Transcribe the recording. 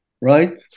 right